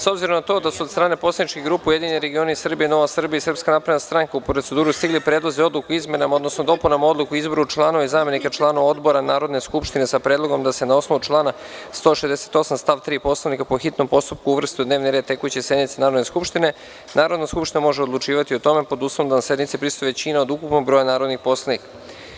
S obzirom na to da su, od strane poslaničkih grupa URS, NS i SNS, u proceduru stigli predlozi odluka o izmenama, odnosno dopunama Odluke o izboru članova i zamenika članova odbora Narodne skupštine, sa predlogom da se, na osnovu člana 168. stav 3. Poslovnika, po hitnom postupku uvrste u dnevni red tekuće sednice Narodne skupštine, Narodna skupština o tome može odlučivati pod uslovom da sednici prisustvuje većina od ukupnog broja narodnih poslanika.